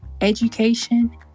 education